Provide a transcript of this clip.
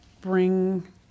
bring